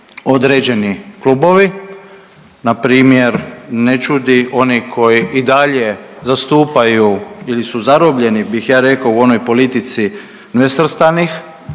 određeni klubovi npr. ne čudi oni koji i dalje zastupaju ili su zarobljeni bih ja rekao u onoj politici nesvrstanih